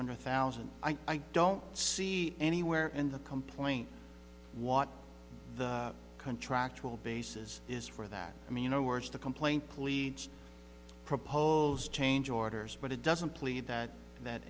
hundred thousand i don't see anywhere in the complaint what the contractual basis is for that i mean you know where's the complaint pleads proposed change orders but it doesn't plead that that